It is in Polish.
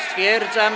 Stwierdzam.